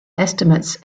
estimates